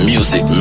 Music